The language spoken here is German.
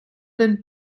den